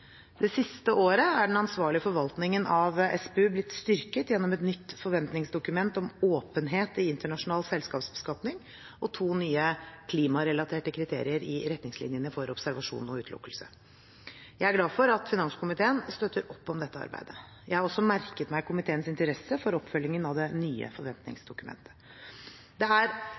Det siste året er den ansvarlige forvaltningen av SPU blitt styrket gjennom et nytt forventningsdokument om åpenhet i internasjonal selskapsbeskatning og to nye klimarelaterte kriterier i retningslinjene for observasjon og utelukkelse. Jeg er glad for at finanskomiteen støtter opp om dette arbeidet. Jeg har også merket meg komiteens interesse for oppfølgingen av det nye forventningsdokumentet. Det er